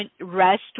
rest